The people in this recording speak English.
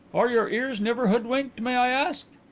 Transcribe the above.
are your ears never hoodwinked, may i ask?